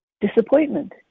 disappointment